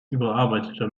überarbeitete